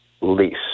lease